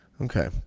Okay